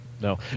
No